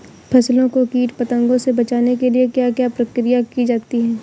फसलों को कीट पतंगों से बचाने के लिए क्या क्या प्रकिर्या की जाती है?